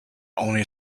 only